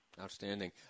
Outstanding